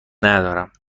ندارم